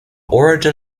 origin